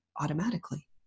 automatically